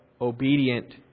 obedient